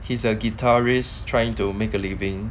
he's a guitarist trying to make a living